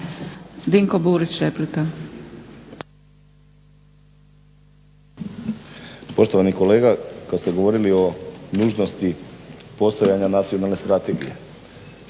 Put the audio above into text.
Dinko (HDSSB)** Poštovani kolega kad ste govorili o nužnosti postojanja nacionalne strategije.